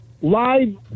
live